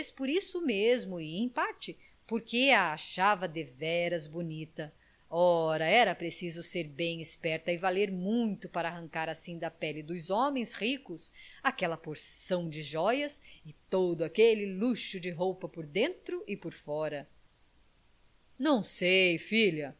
por isso mesmo e em parte porque a achava deveras bonita ora era preciso ser bem esperta e valer muito para arrancar assim da pele dos homens ricos aquela porção de jóias e todo aquele luxo de roupa por dentro e por fora não sei filha